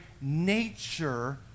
nature